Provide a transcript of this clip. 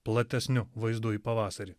platesniu vaizdu į pavasarį